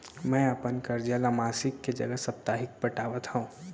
मै अपन कर्जा ला मासिक के जगह साप्ताहिक पटावत हव